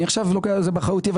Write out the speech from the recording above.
אני לוקח את זה תחת אחריותי.